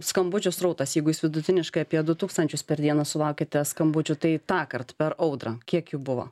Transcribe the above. skambučių srautas jeigu jūs vidutiniškai apie du tūkstančius per dieną sulaukiate skambučių tai tąkart per audrą kiek jų buvo